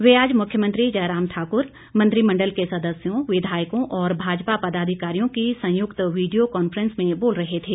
वे आज मुख्यमंत्री जयराम ठाकुर मंत्रिमंडल के सदस्यों विधायकों और भाजपा पदाधिकारियों की संयुक्त वीडियों कॉन्फ्रेंस में बोल रहें थे